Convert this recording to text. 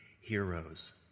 heroes